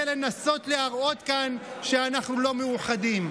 לנסות להראות כאן שאנחנו לא מאוחדים.